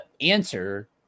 answer